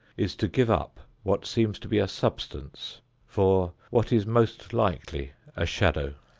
is to give up what seems to be a substance for what is most likely a shadow.